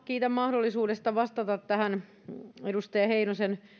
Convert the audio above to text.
kiitän mahdollisuudesta vastata edustaja heinosen